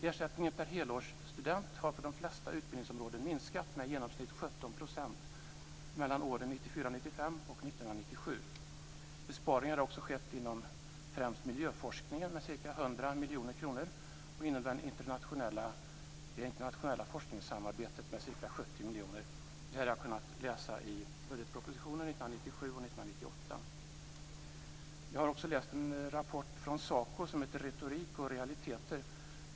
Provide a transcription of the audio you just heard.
Ersättningen per helårsstudent har för de flesta utbildningsområden minskat med i genomsnitt 17 % mellan åren 1994/95 och 1997. Besparingar har också skett inom främst miljöforskningen med ca 100 miljoner kronor och inom det internationella forskningssamarbetet med ca 70 miljoner. Det här har jag kunnat läsa i budgetpropositionerna 1997 och 1998. Jag har också läst en rapport från SACO som heter Retorik och realiteter.